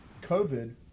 COVID